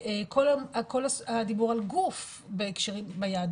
כל הדיבור על גוף ביהדות,